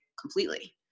completely